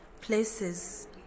places